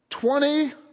Twenty